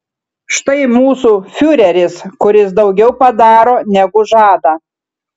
štai mūsų fiureris kuris daugiau padaro negu žada